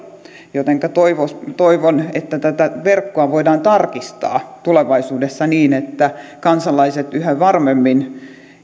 jotenka toivon että tätä verkkoa voidaan tarkistaa tulevaisuudessa niin että kansalaiset yhä varmemmin